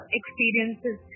experiences